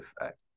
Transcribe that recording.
effect